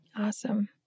Awesome